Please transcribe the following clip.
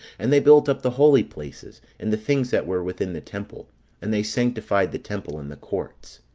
and they built up the holy places, and the things that were within the temple and they sanctified the temple and the courts.